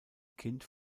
kind